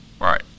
Right